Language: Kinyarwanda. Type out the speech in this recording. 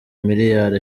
miliyari